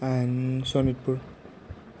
and Sonitpur